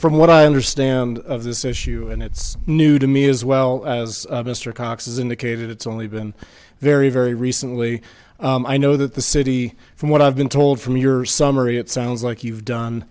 from what i understand of this issue and it's new to me as well as mr cox has indicated it's only been very very recently i know that the city from what i've been told from your summary it sounds like you've done